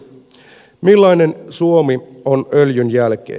millainen suomi on öljyn jälkeen